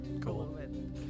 Cool